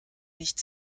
nicht